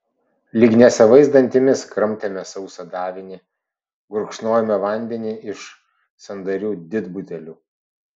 lyg nesavais dantimis kramtėme sausą davinį gurkšnojome vandenį iš sandarių didbutelių